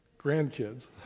grandkids